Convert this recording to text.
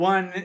One